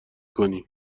کنی